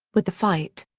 with the fight.